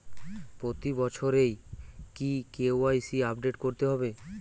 প্রতি বছরই কি কে.ওয়াই.সি আপডেট করতে হবে?